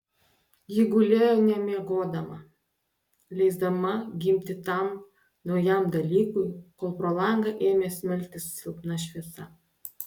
ji gulėjo nemiegodama leisdama gimti tam naujam dalykui kol pro langą ėmė smelktis silpna šviesa